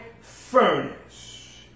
furnace